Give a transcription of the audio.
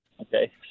Okay